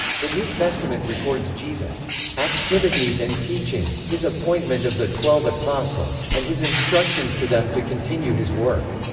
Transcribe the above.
the new testament records jesus' activities and teaching, his appointment of the twelve apostles, and his instructions to them to continue his work.